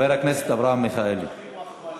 גם אחים רחמנים.